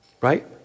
right